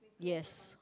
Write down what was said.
yes